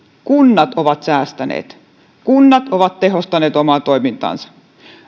kunnat ovat säästäneet kunnat ovat tehostaneet omaa toimintaansa